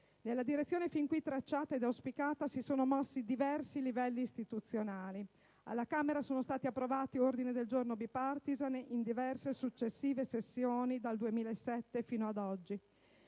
Nella direzione fin qui tracciata ed auspicata si sono mossi diversi livelli istituzionali; alla Camera sono stati approvati ordini del giorno *bipartisan* in diverse e successive sessioni, dal 2007 fino ad oggi.